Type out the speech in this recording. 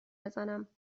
بزنم